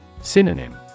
Synonym